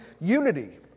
unity